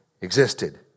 existed